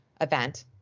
event